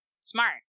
smart